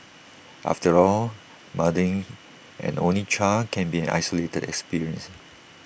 after all mothering an only child can be an isolating experience